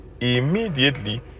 immediately